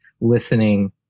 listening